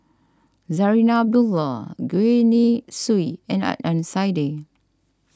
Zarinah Abdullah Gwee Li Sui and Adnan Saidi